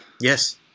Yes